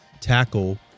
tackle